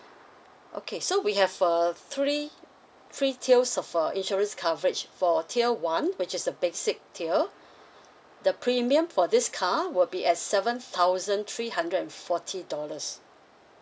okay so we have uh three three tiers of uh insurance coverage for tier one which is the basic tier the premium for this car will be at seven thousand three hundred and forty dollars